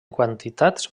quantitats